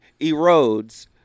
erodes